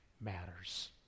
matters